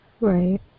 Right